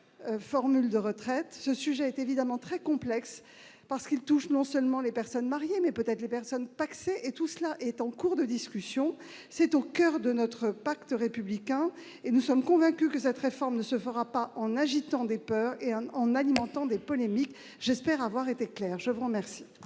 formule de retraite. Ce sujet est évidemment très complexe, parce qu'il touche non seulement les personnes mariées, mais peut-être aussi les personnes pacsées. Tout cela est en cours de discussion. C'est au coeur de notre pacte républicain. Nous sommes convaincus que cette réforme ne se fera pas en agitant des peurs et en alimentant des polémiques. J'espère avoir été claire. La parole